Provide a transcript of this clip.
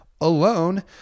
alone